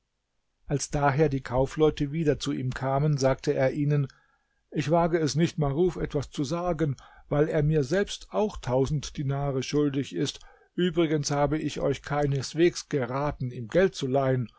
als daher die kaufleute wieder zu ihm kamen sagte er ihnen ich wage es nicht maruf etwas zu sagen weil er mir selbst auch tausend dinare schuldig ist übrigens habe ich euch keineswegs geraten ihm geld zu leihen